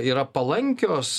yra palankios